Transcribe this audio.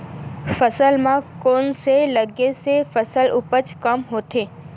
फसल म कोन से लगे से फसल उपज कम होथे?